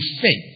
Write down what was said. faith